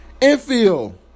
infield